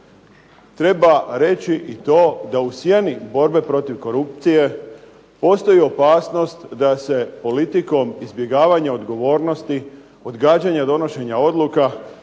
treba reći i to da u sjeni borbe protiv korupcije postoji opasnost da se politikom izbjegavanja odgovornosti, odgađanja donošenja odluka